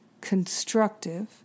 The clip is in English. constructive